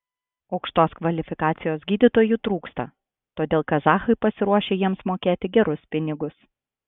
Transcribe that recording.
aukštos kvalifikacijos gydytojų trūksta todėl kazachai pasiruošę jiems mokėti gerus pinigus